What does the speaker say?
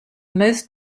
most